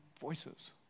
voices